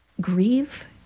grieve